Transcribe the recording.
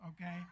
okay